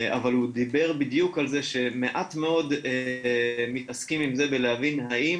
אבל הוא דיבר בדיוק על זה שמעט מאוד מתעסקים עם זה בלהבין האם